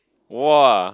!wah!